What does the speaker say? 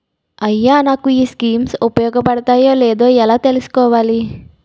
అయ్యా నాకు ఈ స్కీమ్స్ ఉపయోగ పడతయో లేదో ఎలా తులుసుకోవాలి?